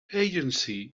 agency